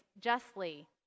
justly